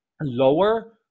lower